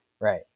right